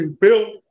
built